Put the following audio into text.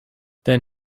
then